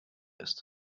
ist